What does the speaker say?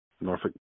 Norfolk